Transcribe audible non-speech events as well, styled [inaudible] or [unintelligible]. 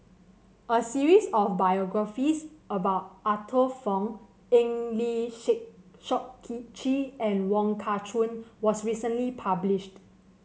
a series of biographies about Arthur Fong Eng Lee Shake Seok [unintelligible] Chee and Wong Kah Chun was recently published